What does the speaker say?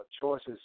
choices